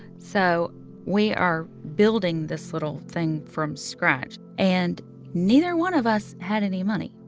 so we are building this little thing from scratch, and neither one of us had any money.